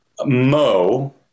mo